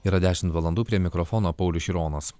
yra dešimt valandų prie mikrofono paulius šironas